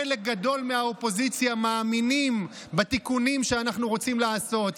חלק גדול מהאופוזיציה מאמינים בתיקונים שאנחנו רוצים לעשות.